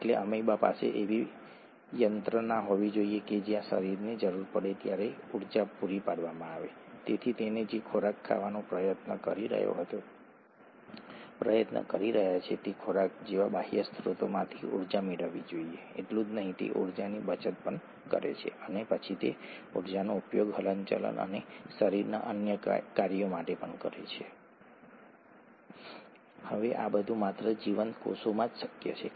તેથી તમારી પાસે એક ત્રણ અવિભાજ્ય છેડા છે જે મુક્ત છે પાંચ અવિભાજ્ય છેડા પછીના ન્યુક્લિઓટાઇડના ત્રણ અવિભાજ્ય છેડા સાથે જોડાય છે તેવી જ રીતે પાંચ અવિભાજ્ય છેડા પછીના ન્યુક્લિઓટાઇડના ત્રણ અવિભાજ્ય છેડા સાથે જોડાય છે અને તેથી આગળ ડીએનએના પોલિમરની રચના કરે છે